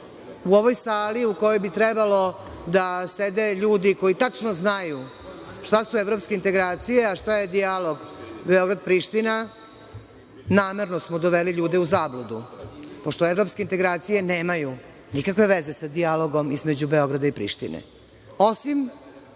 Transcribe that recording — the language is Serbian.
u ovoj sali u kojoj bi trebalo da sede ljudi koji tačno znaju šta su evropske integracije, a šta je dijalog Beograd-Priština, namerno smo doveli ljude u zabludu. Pošto evropske integracije nemaju nikakve veze sa dijalogom između Beograda i Prištine,